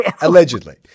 allegedly